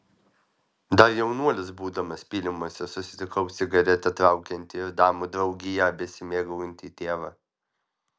dar jaunuolis būdamas pylimuose susitikau cigaretę traukiantį ir damų draugija besimėgaujantį tėvą